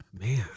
Man